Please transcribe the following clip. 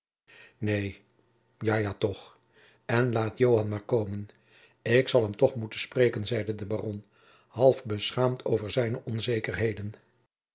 neen ja ja toch en laat joan maar komen ik zal hem toch moeten spreken zeide de baron half beschaamd over zijne onzekerheden